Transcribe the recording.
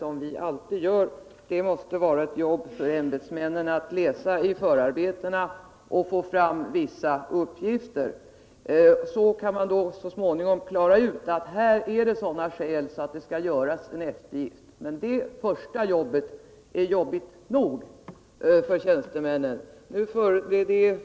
Naturligtvis är det ämbetsmännens sak att läsa i förarbetena och på så sätt så småningom komma fram till när det föreligger sådana skäl att en eftergift kan göras, men det arbetet är jobbigt nog för tjänstemännen.